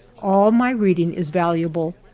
all my reading is valuable,